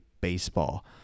baseball